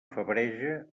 febreja